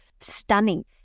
stunning